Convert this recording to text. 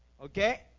Okay